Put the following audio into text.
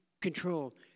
control